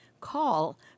call